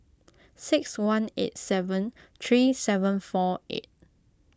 six one eight seven three seven four eight